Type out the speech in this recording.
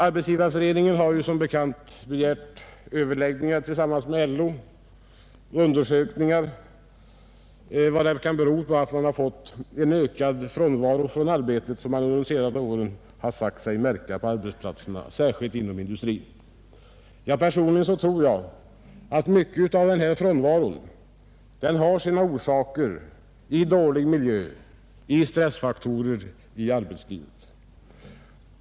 Arbetsgivareföreningen har som bekant begärt överläggningar med LO och gemensamma undersökningar om anledningen till den ökade frånvaro, som man under senare år sagt sig märka på arbetsplatserna, särskilt inom industrin. Personligen tror jag att mycket av denna frånvaro har sina orsaker i dålig miljö och stressfaktorer inom arbetslivet.